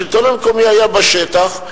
השלטון המקומי היה בשטח,